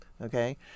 Okay